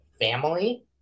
family